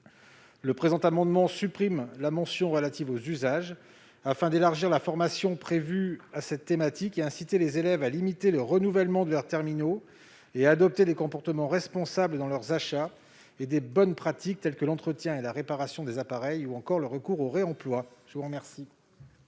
Le présent amendement tend à supprimer la mention relative aux usages, afin d'élargir la formation prévue à cette thématique et d'inciter les élèves à limiter le renouvellement de leurs terminaux et à adopter des comportements responsables dans leurs achats et de bonnes pratiques, telles que l'entretien et la réparation des appareils ou encore le recours au réemploi. Quel